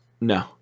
No